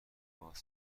باهات